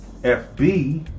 FB